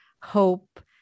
hope